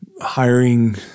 hiring